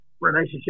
relationship